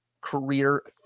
career